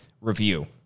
review